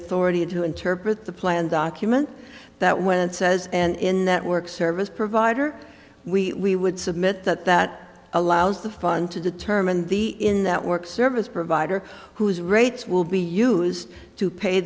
authority to interpret the plan document that when says and in that work service provider we would submit that that allows the fund to determine the in that work service provider who's rates will be used to pay